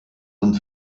und